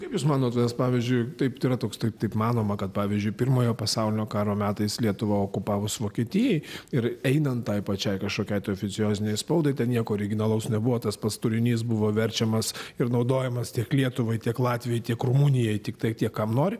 kaip jūs manot nes pavyzdžiui taip yra toks taip taip manoma kad pavyzdžiui pirmojo pasaulinio karo metais lietuvą okupavus vokietijai ir einant tai pačiai kažkokiai tai oficiozinei spaudai ten nieko originalaus nebuvo tas pats turinys buvo verčiamas ir naudojamas tiek lietuvai tiek latvijai tiek rumunijai tiktai tie kam nori